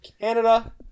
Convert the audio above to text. Canada